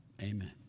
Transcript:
Amen